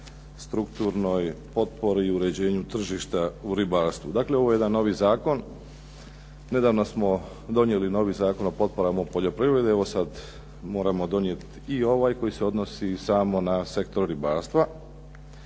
strukturnoj potpori i uređenju tržišta u ribarstvu. Dakle, ovo je jedan novi zakon. Nedavno smo donijeli novi Zakon o potporama u poljoprivredi. Evo sad moramo donijeti i ovaj koji se odnosi samo na sektor ribarstva.